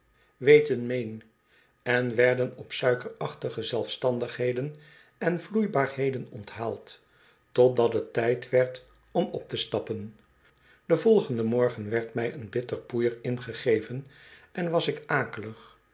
en werden op suikerachtige zelfstandigheden en vloeibaarheden onthaald totdat t tijd werd om op te stappen den volgenden morgen werd mij een bitter poeier ingegeven en was ik